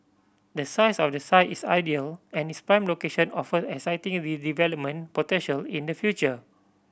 the size of the site is ideal and its prime location offer exciting redevelopment potential in the future